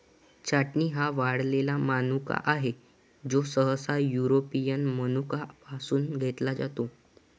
छाटणी हा वाळलेला मनुका आहे, जो सहसा युरोपियन मनुका पासून घेतला जातो